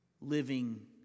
living